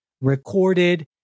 recorded